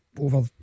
over